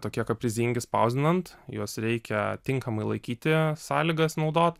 tokie kaprizingi spausdinant juos reikia tinkamai laikyti sąlygas naudot